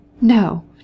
No